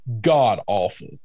god-awful